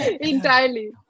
entirely